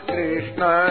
Krishna